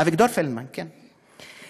אביגדור פלדמן, כן.